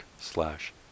slash